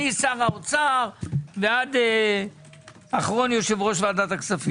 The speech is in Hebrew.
משר האוצר ועד אחרון וישב-ראש ועדת הכספים.